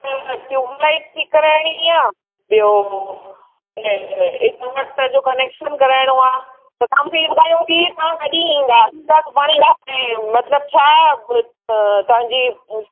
tubelight ठीकु कराइणी आहे ॿियो इंवटर जो कनेक्शन कराइणो आहे त तव्हां मूंखे ई ॿुधायो की तव्हां कॾी ईंदा ईंदा सुभाणे ईंदा ऐं मतलबु छा तव्हांजी